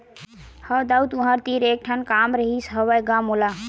हव दाऊ तुँहर तीर एक ठन काम रिहिस हवय गा मोला